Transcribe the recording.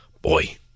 Boy